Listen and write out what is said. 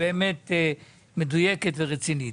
היא באמת מדויקת ורצינית.